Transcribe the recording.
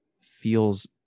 feels